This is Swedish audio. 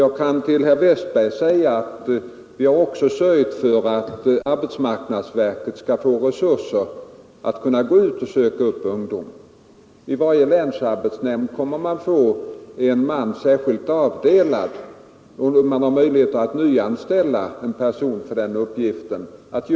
Jag vill till herr Westberg i Ljusdal säga att vi också har sörjt för att arbetsmarknadsverket skall få resurser att gå ut och söka upp ungdom. I varje länsarbetsnämnd kommer man att avdela eller nyanställa en person samheten bland ungdomen.